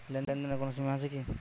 লেনদেনের কোনো সীমা আছে কি?